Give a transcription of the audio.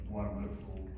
wonderful